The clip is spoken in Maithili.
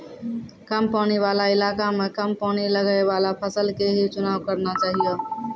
कम पानी वाला इलाका मॅ कम पानी लगैवाला फसल के हीं चुनाव करना चाहियो